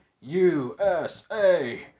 USA